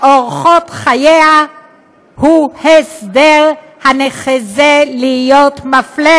או אורחות חייה הוא הסדר הנחזה להיות מפלה,